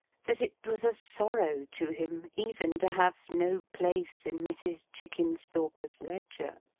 that it was a sorrow to him, even to have no place in mrs. chickenstalker's ledger.